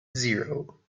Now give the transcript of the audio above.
zero